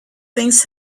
things